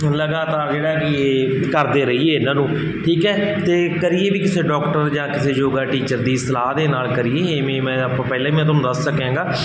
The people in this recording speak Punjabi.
ਲਗਾਤਾਰ ਜਿਹੜਾ ਕਿ ਇਹ ਕਰਦੇ ਰਹੀਏ ਇਹਨਾਂ ਨੂੰ ਠੀਕ ਹੈ ਅਤੇ ਕਰੀਏ ਵੀ ਕਿਸੇ ਡੋਕਟਰ ਜਾਂ ਕਿਸੇ ਯੋਗਾ ਟੀਚਰ ਦੀ ਸਲਾਹ ਦੇ ਨਾਲ ਕਰੀਏ ਇਵੇਂ ਮੈਂ ਆਪਾਂ ਪਹਿਲਾਂ ਹੀ ਮੈਂ ਤੁਹਾਨੂੰ ਦੱਸ ਸਕਿਆ ਹੈਗਾ